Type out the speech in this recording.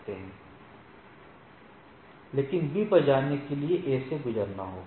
3 लेकिन B पर जाने के लिए A से गुजरना होगा